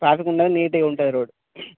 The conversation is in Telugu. ట్రాఫిక్ ఉండదు నీట్గా ఉంటుంది రోడ్డు